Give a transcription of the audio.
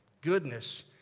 Goodness